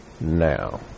now